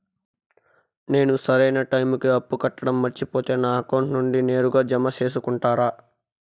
నేను సరైన టైముకి అప్పు కట్టడం మర్చిపోతే నా అకౌంట్ నుండి నేరుగా జామ సేసుకుంటారా?